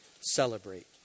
celebrate